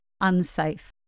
unsafe